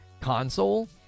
console